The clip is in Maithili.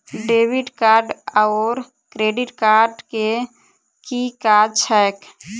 डेबिट कार्ड आओर क्रेडिट कार्ड केँ की काज छैक?